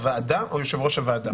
הוועדה או יושב ראש הוועדה?